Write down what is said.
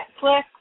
Netflix